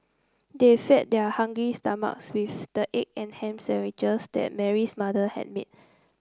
they feed their hungry stomachs with the egg and ham sandwiches that Mary's mother had made